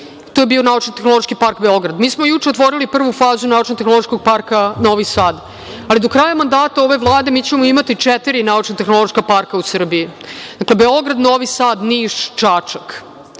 to je bio naučno-tehnološki park Beograd. Mi smo juče otvorili prvu fazu naučno-tehnološkog parka Novi Sad, ali do kraja mandata ove Vlade, mi ćemo imati četiri naučno-tehnološka parka u Srbiji – Beograd, Novi Sad, Niš i Čačak.